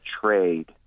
trade